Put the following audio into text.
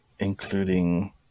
including